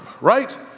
right